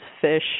fish